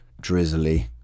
drizzly